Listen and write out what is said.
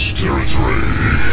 territory